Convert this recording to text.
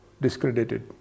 discredited